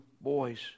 boys